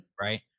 right